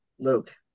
Luke